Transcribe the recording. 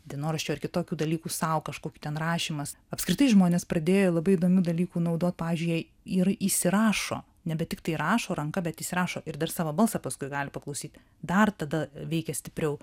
dienoraščio ar kitokių dalykų sau kažkokių ten rašymas apskritai žmonės pradėjo labai įdomių dalykų naudot pavyzdžiui jei ir įsirašo nebe tiktai rašo ranka bet įsirašo ir dar savo balsą paskui gali paklausyt dar tada veikia stipriau